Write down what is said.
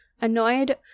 Annoyed